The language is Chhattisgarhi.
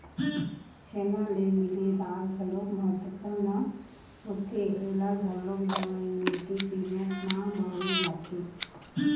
छेना ले मिले राख घलोक महत्वपूर्न होथे ऐला घलोक दवई बूटी के रुप म बउरे जाथे